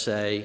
say